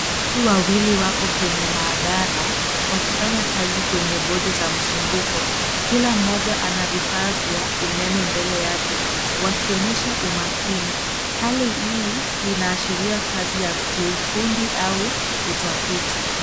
Watu wawili wako kwenye maabara wakifanya kazi kwenye bodi za mzunguko. Kila mmoja ana vifaa vya umeme mbele yake wakionyesha umakini. Hali hii inaasharia kazi ya kiufundi au utafiti.